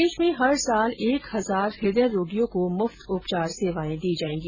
प्रदेश में हर साल एक हजार हदृय रोगियों को मुफ्त उपचार सेवाएं दी जायेंगी